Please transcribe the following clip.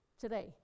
today